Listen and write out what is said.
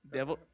Devil